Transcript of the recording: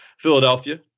Philadelphia